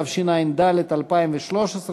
התשע"ד 2013,